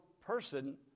person